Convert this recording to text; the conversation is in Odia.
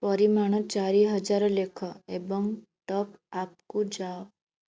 ପରିମାଣ ଚାରି ହଜାର ଲେଖ ଏବଂ ଟପଆପକୁ ଯାଅ